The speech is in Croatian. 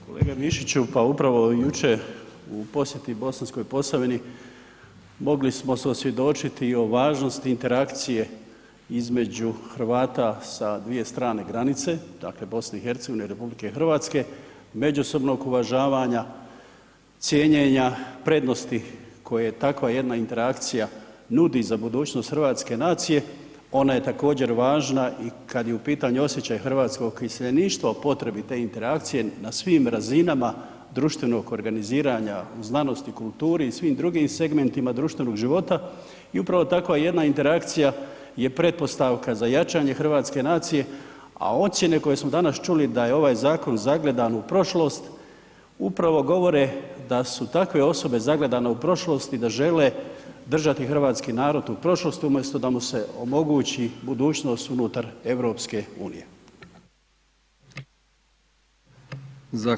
Kolega Mišiću, pa upravo jučer u posjeti Bosanskoj Posavini mogli smo osvjedočiti o važnosti interakcije između Hrvata sa dvije strane granice, dakle BiH-a i RH, međusobnog uvažavanja, cijenjenja prednosti koje takva jedna interakcija nudi za budućnost hrvatske nacije, ona je također važna i kad je u pitanju osjećaj hrvatskog iseljeništva o potrebi te interakcije na svim razinama društvenog organiziranja u znanosti i kulturi i svim drugim segmentima društvenog života i upravo takva jedna interakcija je pretpostavka a jačanje hrvatske nacije a ocjene koje smo danas čuli da je ovaj zakon zagledan u prošlost, upravo govore da su takve osobe zagledan u prošlost i da žele držati hrvatski narod u prošlosti umjesto da mu se omogući budućnost unutar EU-a.